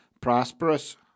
prosperous